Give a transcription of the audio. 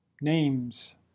names